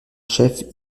chef